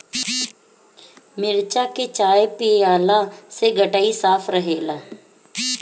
मरीच के चाय पियला से गटई साफ़ रहेला